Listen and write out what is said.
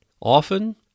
Often